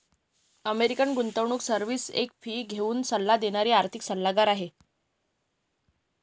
American गुंतवणूक service एक fee घेऊन सल्ला देणारी आर्थिक सल्लागार आहे